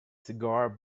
cigar